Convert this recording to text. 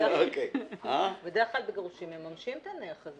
בדרך כלל בגירושין מממשים את הנכס,